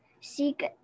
seek